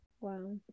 Wow